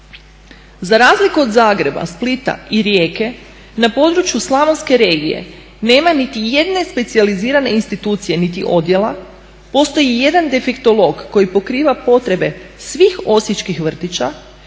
Za razliku od Zagreba, Splita i Rijeke na području slavonske regije nema niti jedne specijalizirane institucije niti odjela. Postoji jedan defektolog koji pokriva potrebe svih osječkih vrtića,